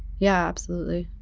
yeah absolutely.